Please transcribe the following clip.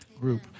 group